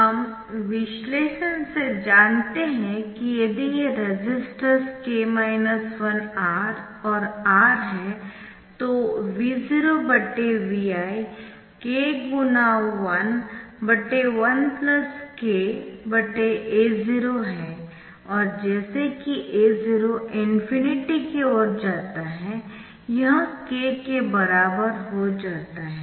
हम विश्लेषण से जानते है कि यदि ये रेसिस्टर्स R और R है तो V0 Vi k×1 1k A0 है और जैसे ही A0 की ओर जाता है यह k के बराबर हो जाता है